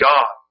God